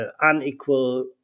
unequal